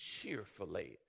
cheerfully